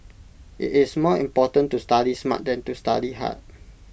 IT is more important to study smart than to study hard